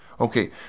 Okay